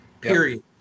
period